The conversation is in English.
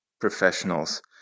Professionals